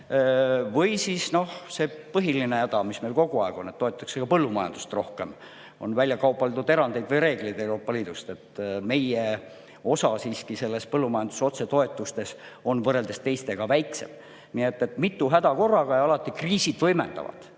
Ehk siis see põhiline häda, mis meil kogu aeg on, et seal toetatakse ka põllumajandust rohkem, on välja kaubeldud erandeid või reegleid Euroopa Liidust, meie osa siiski põllumajanduse otsetoetustes on võrreldes teistega väiksem. Nii et mitu häda korraga ja alati kriisid kõike seda